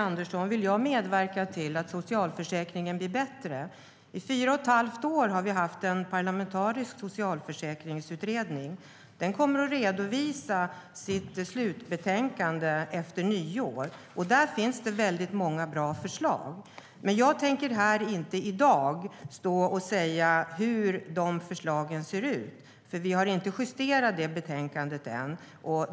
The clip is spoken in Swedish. Andersson! Visst vill jag medverka till att socialförsäkringen blir bättre. I fyra och ett halvt år har vi haft en parlamentarisk socialförsäkringsutredning. Den kommer att redovisa sitt slutbetänkande efter nyår, och där finns det väldigt många bra förslag. Men jag tänker inte stå här i dag och säga hur dessa förslag ser ut, för vi har inte justerat betänkandet än.